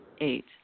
Eight